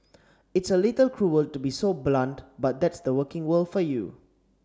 it's a little cruel to be so blunt but that's the working world for you